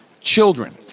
children